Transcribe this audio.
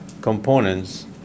components